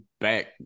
back